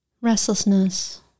restlessness